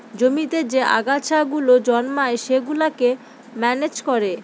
জমিতে যে আগাছা গুলো জন্মায় সেগুলোকে ম্যানেজ করে